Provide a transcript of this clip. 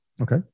Okay